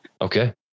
Okay